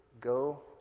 go